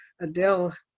Adele